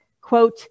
quote